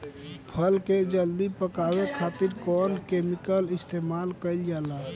फल के जल्दी पकावे खातिर कौन केमिकल इस्तेमाल कईल जाला?